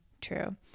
true